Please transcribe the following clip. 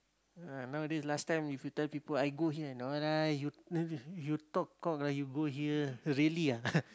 ah nowadays last time if you tell people I go here no lah you you talk cock lah you go here really ah